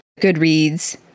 goodreads